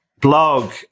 blog